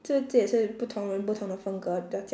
这这也是不同人不同的风格和